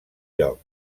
lloc